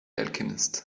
alchemist